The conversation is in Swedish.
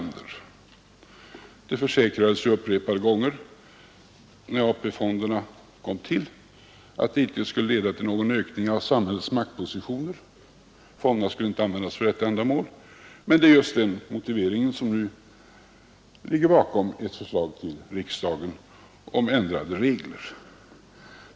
När AP-fonderna kom till försäkrades det upprepade gånger att de icke skulle leda till någon ökning av samhällets maktpositioner. Fonderna skulle inte användas för det ändamålet. Men det är just den motiveringen som ligger bakom ett förslag till riksdagen om ändrade regler.